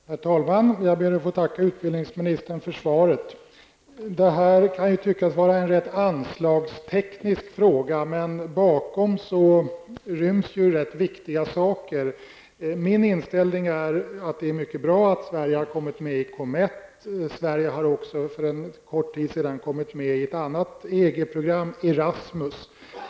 Herr talman! Jag ber att få tacka utbildningsministern för svaret. Det här kan tyckas vara en anslagsteknisk fråga, men bakom den ryms ganska viktiga saker. Min inställning är att det är mycket bra att Sverige har kommit med i COMETT. Sverige har också för en kort tid sedan kommit med i ett annat EG-program: ERASMUS.